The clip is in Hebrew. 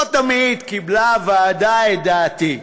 לא תמיד קיבלה הוועדה את דעתי,